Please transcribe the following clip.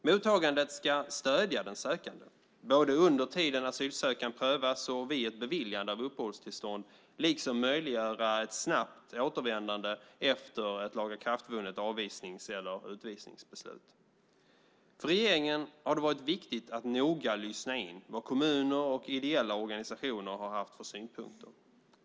Mottagandet ska stödja den sökande, både under tiden asylansökan prövas och vid ett beviljande av uppehållstillstånd, liksom möjliggöra ett snabbt återvändande efter ett lagakraftvunnet avvisnings eller utvisningsbeslut. För regeringen har det varit viktigt att noga lyssna in vad kommuner och ideella organisationer har haft för synpunkter.